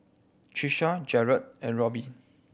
Trisha Jarred and Robyn